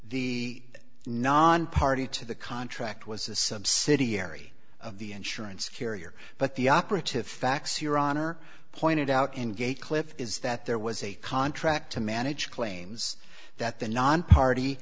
the nonparty to the contract was a subsidiary of the insurance carrier but the operative facts your honor pointed out engaged cliff is that there was a contract to manage claims that the nonparty